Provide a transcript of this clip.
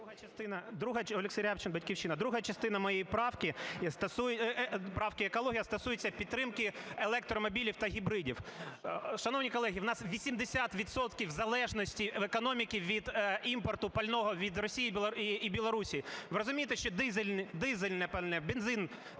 Друга частина моєї правки, правки "екологія", стосується підтримки електромобілів та гібридів. Шановні колеги, в нас 80 відсотків залежності економіки від імпорту пального від Росії і Білорусії. Ви розумієте, що дизельне пальне, бензин